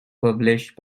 published